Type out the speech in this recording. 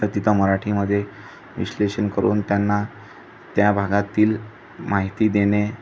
तर तिथं मराठीमध्ये विश्लेषण करून त्यांना त्या भागातील माहिती देणे